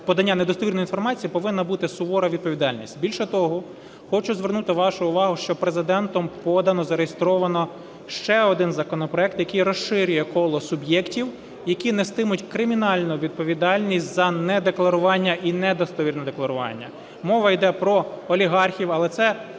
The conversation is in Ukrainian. подання недостовірної інформації повинна бути сувора відповідальність. Більше того, хочу звернути вашу увагу, що Президентом подано, зареєстровано ще один законопроект, який розширює коло суб'єктів, які нестимуть кримінальну відповідальність за недекларування і недостовірне декларування. Мова йде про олігархів, але це